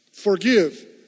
Forgive